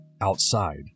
outside